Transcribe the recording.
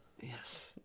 Yes